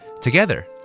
Together